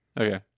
Okay